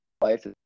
life